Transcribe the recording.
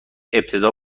ابتدا